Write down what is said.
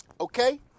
Okay